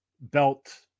belt